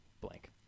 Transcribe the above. blank